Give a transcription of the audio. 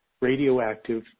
radioactive